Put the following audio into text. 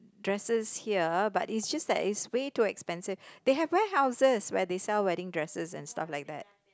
dresses here but is just that is way too expensive they have ware houses where they sell wedding dresses and stuff like that